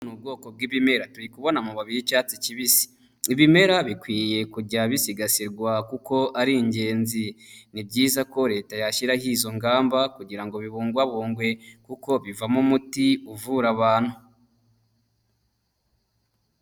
Ni ubwoko bw'ibimera turikubona amababi y'icyatsi kibisi. Ibimera bikwiye kujya bisigasirwa kuko ari ingenzi; ni byiza ko leta yashyiraho izo ngamba kugira ngo bibungwabungwe kuko bivamo umuti uvura abantu.